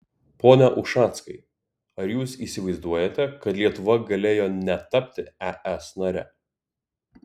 pone ušackai ar jūs įsivaizduojate kad lietuva galėjo netapti es nare